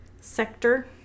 sector